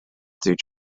through